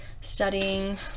Studying